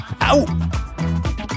out